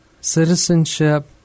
Citizenship